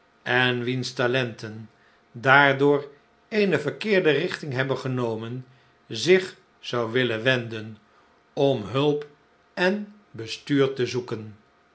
en wiens talenten daardoor eene verkeerde richting hebben genomen zich zou willen wenden om hulp en bestuur te zoeken